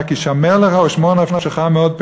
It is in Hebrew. "רק השמר לך ושמֹר נפשך מאד,